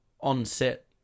on-set